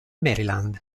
maryland